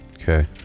okay